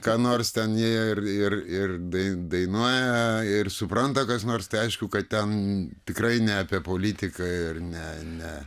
ką nors ten jie ir ir ir dainuoja ir supranta kas nors tai aišku kad ten tikrai ne apie politiką ir ne ne